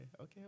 okay